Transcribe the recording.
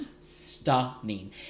stunning